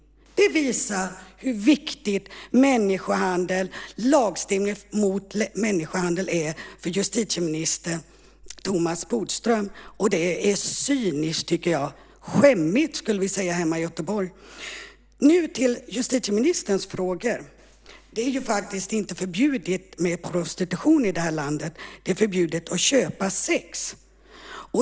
Det visar hur viktig lagstiftning mot människohandel är för justitieminister Thomas Bodström. Det är cyniskt. Hemma i Göteborg skulle vi säga att det är skämmigt. Nu går jag över till justitieministerns frågor. Det är faktiskt inte förbjudet med prostitution i det här landet. Det är förbjudet att köpa sex.